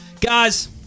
Guys